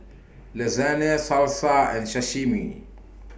Lasagne Salsa and Sashimi